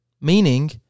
Meaning